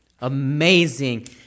Amazing